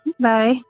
Bye